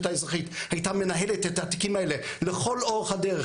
האזרחית הייתה מנהלת את התיקים האלה לכל אורך הדרך,